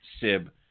Sib